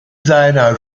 seiner